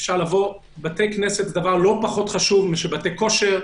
בתי כנסת לא פחות חשובים מחדרי כושר,